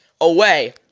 away